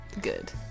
Good